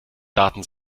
daten